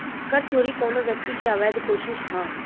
कर चोरी कवनो व्यक्ति के अवैध कोशिस ह